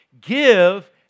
Give